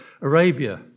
Arabia